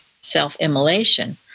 self-immolation